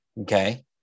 okay